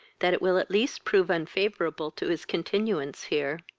that it will at least prove unfavourable to his continuance here.